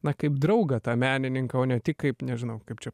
na kaip draugą tą menininką o ne tik kaip nežinau kaip čia